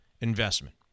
investment